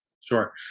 Sure